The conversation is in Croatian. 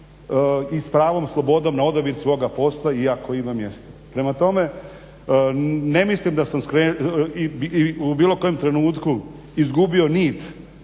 i s pravom slobodom na odabir svoga posla i ako ima mjesta. Prema tome ne mislim da sam u bilo kojem trenutku izgubio nit